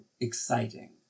exciting